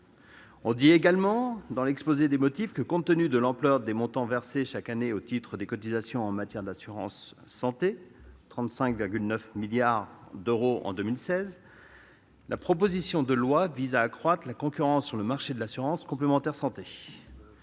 on lit également que, « compte tenu de l'ampleur des montants versés chaque année au titre des cotisations en matière d'assurance santé- 35,9 milliards d'euros en 2016 -, la proposition de loi vise à accroître la concurrence sur le marché de l'assurance complémentaire santé